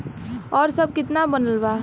और अब कितना बनल बा?